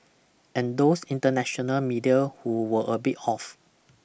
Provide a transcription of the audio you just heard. and those international media who were a bit off